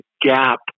gap